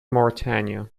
mauritania